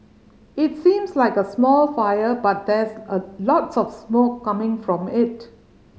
it seems like a small fire but there's a lots of smoke coming from it